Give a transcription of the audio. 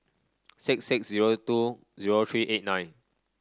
six six zero two zero three eight nine